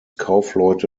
kaufleute